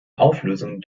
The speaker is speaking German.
auflösung